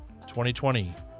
2020